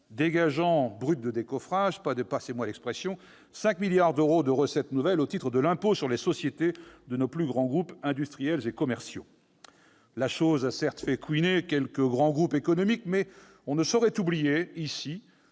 prévoyant, « brut de décoffrage », 5 milliards d'euros de recettes nouvelles au titre de l'impôt sur les sociétés acquitté par nos plus grands groupes industriels et commerciaux. La chose a certes fait couiner quelques grands groupes économiques, mais on ne saurait oublier que